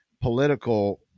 political